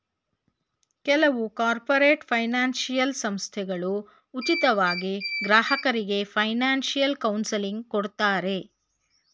ಕೆಲವು corporator financial ಸಂಸ್ಥೆಗಳು ಉಚಿತವಾಗಿ ಗ್ರಾಹಕರಿಗೆ ಫೈನಾನ್ಸಿಯಲ್ ಕೌನ್ಸಿಲಿಂಗ್ ಕೊಡ್ತಾರೆ